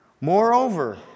Moreover